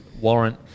warrant